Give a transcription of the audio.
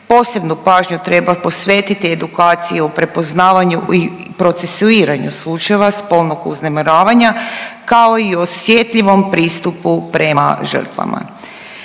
Posebnu pažnju treba posvetiti edukaciji o prepoznavanju i procesuiranju slučajeva spolnog uznemiravanja kao i osjetljivom pristupu prema žrtvama.